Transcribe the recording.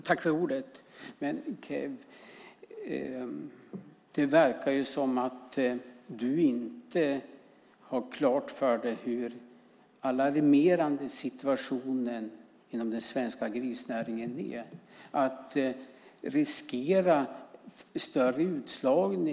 Herr talman! Det verkar som om du, Kew, inte har klart för dig hur alarmerande situationen inom den svenska grisnäringen är.